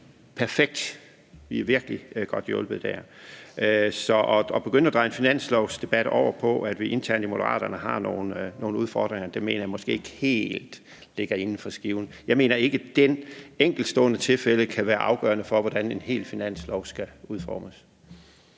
perfekt. Vi er virkelig godt hjulpet dér. Så at begynde at dreje en finanslovsdebat over på, at vi internt i Moderaterne har nogle udfordringer, mener jeg måske ikke helt ligger inden for skiven. Jeg mener ikke, at det enkeltstående tilfælde kan være afgørende for, hvordan en hel finanslov skal udformes.